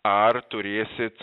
ar turėsit